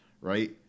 right